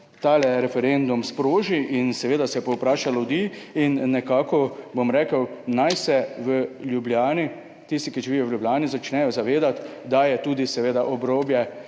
ta referendum sproži in seveda se povpraša ljudi in nekako bom rekel, naj se v Ljubljani tisti, ki živijo v Ljubljani, začnejo zavedati, da je tudi seveda obrobje